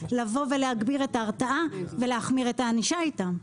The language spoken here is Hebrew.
להגביר את ההרתעה ולהחמיר את הענישה איתם.